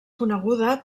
coneguda